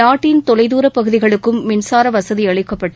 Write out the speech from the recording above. நாட்டின் தொலைதூரப்பகுதிகளுக்கும் மின்சார வசதி அளிக்கப்பட்டு